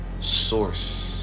Source